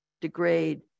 degrade